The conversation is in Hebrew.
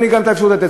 אין לי גם אפשרות לתת.